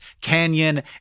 canyon